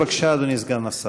בבקשה, אדוני סגן השר.